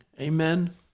Amen